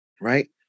right